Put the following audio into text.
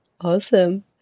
awesome